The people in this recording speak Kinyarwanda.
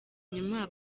nyuma